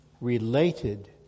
related